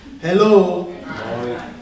Hello